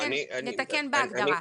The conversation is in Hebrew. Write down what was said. נתקן בהגדרה.